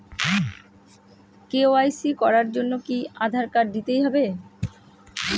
KYC করার জন্য কি আধার কার্ড দিতেই হবে?